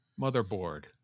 motherboard